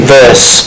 verse